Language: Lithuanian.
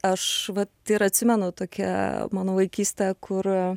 aš vat ir atsimenu tokia mano vaikystė kur